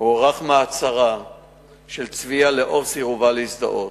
הוארך מעצרה של צביה, לאור סירובה להזדהות,